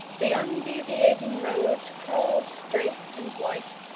the undeviating roads crawled straight and white,